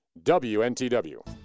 WNTW